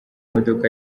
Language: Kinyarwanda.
imodoka